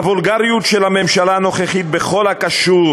הוולגריות של הממשלה הנוכחית בכל הקשור